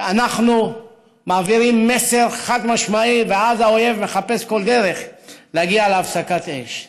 שאנחנו מעבירים מסר חד-משמעי ואז האויב מחפש כל דרך להגיע להפסקת אש.